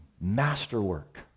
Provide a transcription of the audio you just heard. Masterwork